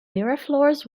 miraflores